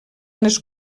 les